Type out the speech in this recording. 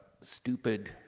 stupid